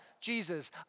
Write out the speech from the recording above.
Jesus